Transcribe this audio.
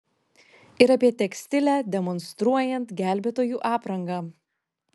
ir apie tekstilę demonstruojant gelbėtojų aprangą